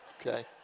okay